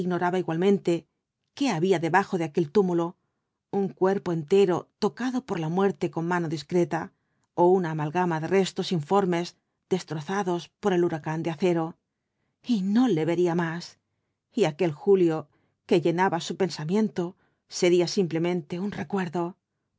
igualmente qué había debajo de aquel túmulo un cuerpo entero tocado por la muerte con mano discreta ó una amalgama de restos informes destrozados por el huracán de acero y no le vería más y aquel julio que llenaba su pensamiento sería simplemente un recuerdo